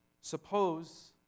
Suppose